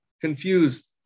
confused